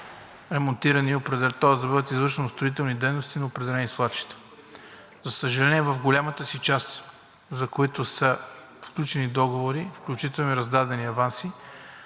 ремонтирани, тоест да бъдат извършени строителни дейности на определени свлачища. За съжаление, в голямата си част, за които са сключени договори, включително и раздадени аванси,